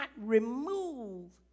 remove